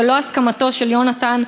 ללא הסכמתו של יונתן,